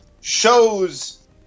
shows